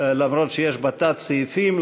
שיש בה תת-סעיפים.